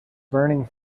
burning